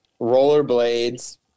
rollerblades